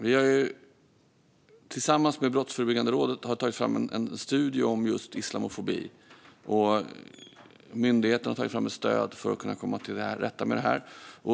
Vi har tillsammans med Brottsförebyggande rådet tagit fram en studie om islamofobi. Myndigheten har tagit fram ett stöd för att kunna komma till rätta med det här.